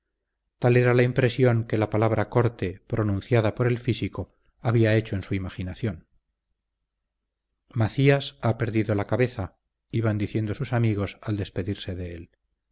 tal era la impresión que la palabra corte pronunciada por el físico había hecho en su imaginación macías ha perdido la cabeza iban diciendo sus amigos al despedirse de él